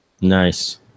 Nice